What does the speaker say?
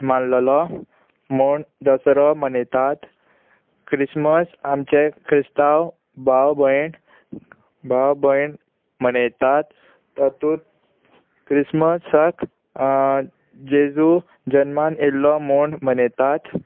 मारललो म्हूण दसरो मनयतात क्रिस्मस आमचे क्रिस्तांव भाव भयण भाव भयण मनयतात तातूंत क्रिस्मसाक जेजू जल्मान येल्लो म्हूण मनयतात